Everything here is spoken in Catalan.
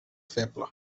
feble